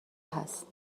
هست